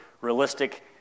realistic